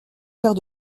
faire